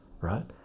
right